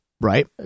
Right